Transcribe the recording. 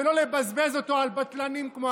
ולא לבזבז אותו על בטלנים כמו אבידר.